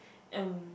and